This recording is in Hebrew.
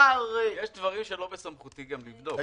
יש גם דברים שהם לא בסמכותי לבדוק.